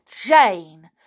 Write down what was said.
Jane